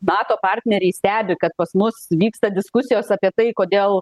nato partneriai stebi kad pas mus vyksta diskusijos apie tai kodėl